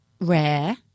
Rare